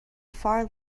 far